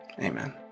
Amen